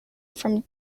from